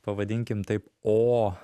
pavadinkim taip o